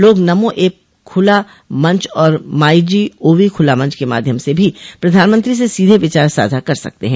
लोग नमो ऐप खुला मंच और माइ जी ओ वी खुला मंच के माध्यम से भी प्रधानमंत्री से सीधे विचार साझा कर सकते हैं